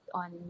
on